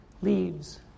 Leaves